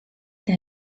der